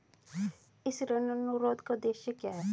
इस ऋण अनुरोध का उद्देश्य क्या है?